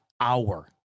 hour